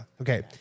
Okay